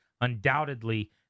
Undoubtedly